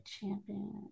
champion